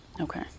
Okay